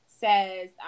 Says